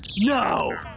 No